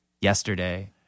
yesterday